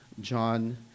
John